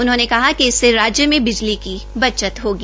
उन्होंने कहा कि इससे राज्य में बिजली की बचत होगी